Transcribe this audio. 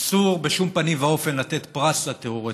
אסור בשום פנים ואופן לתת פרס לטרור.